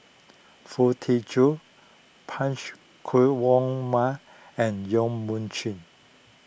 Foo Tee Jun Punch and Yong Mun Chee